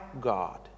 God